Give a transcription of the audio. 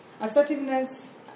Assertiveness